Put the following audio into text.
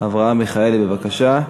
אברהם מיכאלי, בבקשה.